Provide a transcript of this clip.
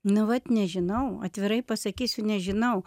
nu vat nežinau atvirai pasakysiu nežinau